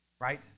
right